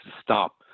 stop